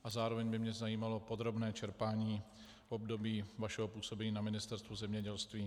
A zároveň by mě zajímalo podrobné čerpání v období vašeho působení na Ministerstvu zemědělství.